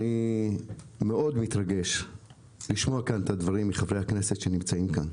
אני מאוד מתרגש לשמוע את הדברים מחברי הכנסת שנמצאים כאן.